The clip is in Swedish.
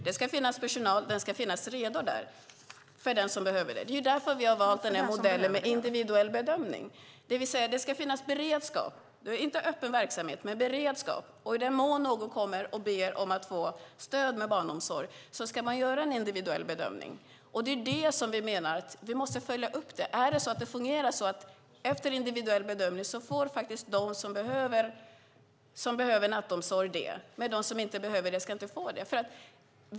Det ska finnas personal som är redo där för den som behöver det. Det är därför vi har valt modellen med individuell bedömning. Det är inte en öppen verksamhet. Men det ska finnas beredskap. I den mån någon kommer och ber om att få stöd med barnomsorg ska man göra en individuell bedömning. Vi menar att vi måste följa upp om det är så att efter individuell bedömning får de som behöver nattomsorg det. Men de som inte behöver det ska inte få det.